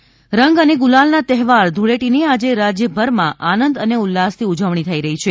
ધૂળેટી રંગ અને ગુલાલના તહેવાર ધૂળેટીની આજે રાજ્યભરમાં આનંદ અને ઉલ્લાસથી ઉજવણી થઇ રહી છે